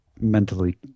mentally